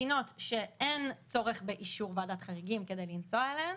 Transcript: מדינות שאין צורך באישור ועדת חריגים כדי לנסוע אליהן,